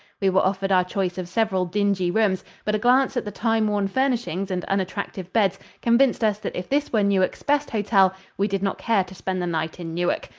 we were offered our choice of several dingy rooms, but a glance at the time-worn furnishings and unattractive beds convinced us that if this were newark's best hotel we did not care to spend the night in newark.